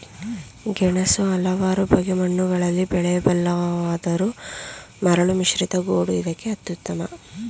ಗೆಣಸು ಹಲವಾರು ಬಗೆ ಮಣ್ಣುಗಳಲ್ಲಿ ಬೆಳೆಯಬಲ್ಲುದಾದರೂ ಮರಳುಮಿಶ್ರಿತ ಗೋಡು ಇದಕ್ಕೆ ಅತ್ಯುತ್ತಮ